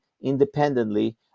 independently